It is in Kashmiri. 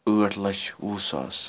ٲٹھ لچھ وُہ سَاس